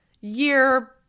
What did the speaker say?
year